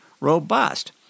robust